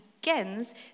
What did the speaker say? begins